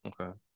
Okay